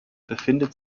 befindet